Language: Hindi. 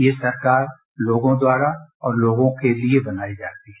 ये सरकार लोगों द्वारा और लोगों के लिए बनाई जाती है